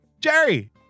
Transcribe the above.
Jerry